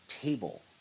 table